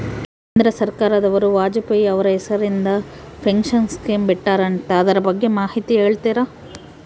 ಕೇಂದ್ರ ಸರ್ಕಾರದವರು ವಾಜಪೇಯಿ ಅವರ ಹೆಸರಿಂದ ಪೆನ್ಶನ್ ಸ್ಕೇಮ್ ಬಿಟ್ಟಾರಂತೆ ಅದರ ಬಗ್ಗೆ ಮಾಹಿತಿ ಹೇಳ್ತೇರಾ?